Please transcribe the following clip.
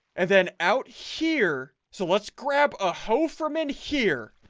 and then out here so let's grab a hole from in here.